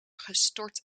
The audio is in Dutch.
gestort